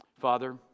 Father